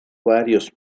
varios